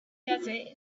desert